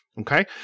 Okay